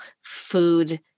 food